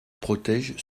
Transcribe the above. protège